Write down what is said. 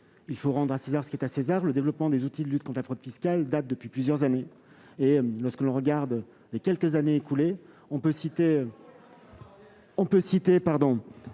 Il faut rendre à César ce qui est à César : le développement des outils de lutte contre la fraude fiscale date de plusieurs années. Lorsque l'on regarde les quelques années écoulées, on peut citer la loi relative à la